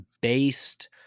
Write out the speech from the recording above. based